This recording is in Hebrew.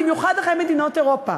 במיוחד אחרי מדינות אירופה,